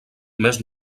més